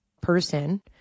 person